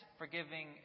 forgiving